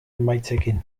emaitzekin